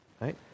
right